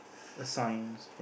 a signs